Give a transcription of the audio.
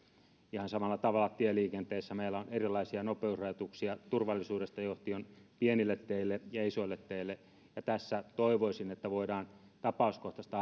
ihan samalla tavalla tieliikenteessä meillä on erilaisia nopeusrajoituksia turvallisuudesta johtuen pienille teille ja isoille teille ja tässä toivoisin että voidaan tapauskohtaista